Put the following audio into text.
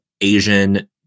asian